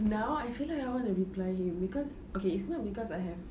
now I feel like I want to reply him cause okay it's not cause I have